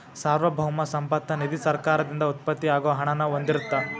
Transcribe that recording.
ಸಾರ್ವಭೌಮ ಸಂಪತ್ತ ನಿಧಿ ಸರ್ಕಾರದಿಂದ ಉತ್ಪತ್ತಿ ಆಗೋ ಹಣನ ಹೊಂದಿರತ್ತ